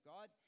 God